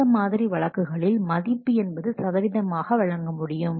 இந்த மாதிரி வழக்குகளில் மதிப்பு என்பது சதவீதமாக வழங்க முடியும்